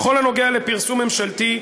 בכל הנוגע לפרסום ממשלתי,